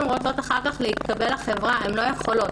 שאם הן רוצות אחר כך להתקבל לחברה הן לא יכולות,